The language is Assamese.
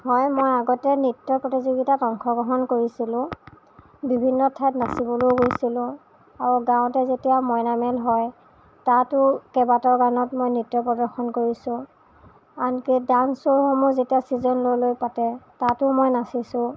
হয় মই আগতে নৃত্য় প্ৰতিযোগীতাত অংশগ্ৰহণ কৰিছিলোঁ বিভিন্ন ঠাইত নাচিবলৈও গৈছিলোঁ আৰু গাঁৱতে যেতিয়া মইনা মেল হয় তাতো কেইবাটাও গানত মই নৃত্য় প্ৰদৰ্শন কৰিছোঁ আনকি ডান্স শ্ব'সমূহ যেতিয়া ছিজন লৈ লৈ পাতে তাতো মই নাচিছোঁ